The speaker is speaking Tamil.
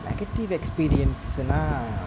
நெகட்டிவ் எக்ஸ்பீரியன்ஸ்ன்னா